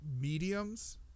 mediums